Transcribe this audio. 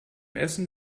essen